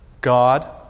God